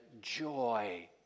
joy